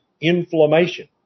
inflammation